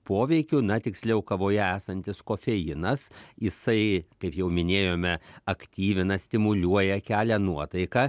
poveikių na tiksliau kavoje esantis kofeinas jisai kaip jau minėjome aktyvina stimuliuoja kelia nuotaiką